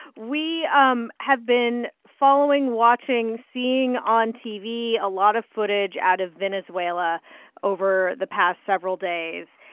we um have been following, watching, seeing on tv a lot of footage out of venezuela over the past several days.